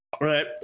Right